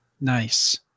Nice